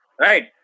right